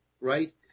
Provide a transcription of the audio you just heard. right